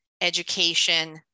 education